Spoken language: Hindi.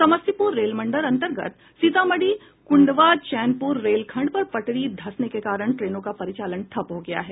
समस्तीपुर रेलमंडल अंतर्गत सीतामढ़ी कुंडवा चैनपुर रेलखंड पर पटरी धंसने के कारण ट्रेनों का परिचालन ठप्प हो गया है